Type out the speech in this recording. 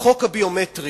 החוק הביומטרי